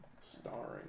Starring